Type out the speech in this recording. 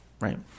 right